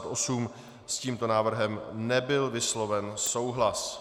S tímto návrhem nebyl vysloven souhlas.